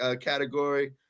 category